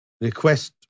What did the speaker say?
request